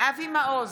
אבי מעוז,